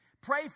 Pray